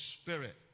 spirit